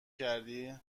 کردی